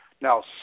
now